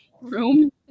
room